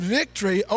victory